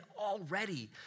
already